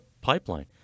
pipeline